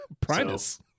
Primus